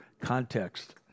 context